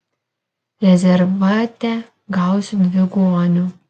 rezervate gausu dviguonių